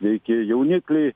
reikia jaunikliai